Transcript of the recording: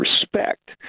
respect